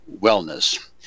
wellness